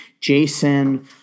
Jason